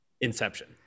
Inception